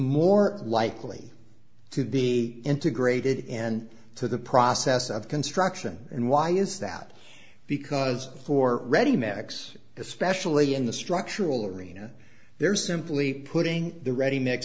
more likely to be integrated in to the process of construction and why is that because for ready mix especially in the structural arena there simply putting the ready mix